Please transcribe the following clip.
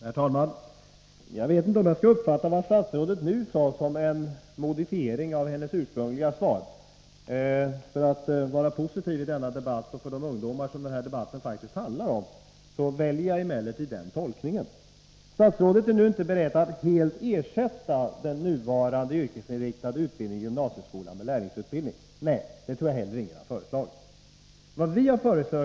Herr talman! Jag vet inte om jag skall uppfatta det som statsrådet nu sade som en modifiering av hennes ursprungliga svar. För att vara positiv i denna debatt och för de ungdomars skull som den här debatten faktiskt handlar om väljer jag emellertid den tolkningen. Statsrådet är inte nu beredd att helt ersätta den nuvarande yrkesinriktade utbildningen i gymnasieskolan med lärlingsutbildning. Nej, det tror jag heller inte att någon har föreslagit.